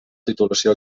titulació